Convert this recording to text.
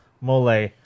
mole